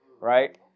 right